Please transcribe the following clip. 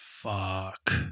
Fuck